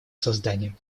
созданием